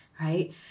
right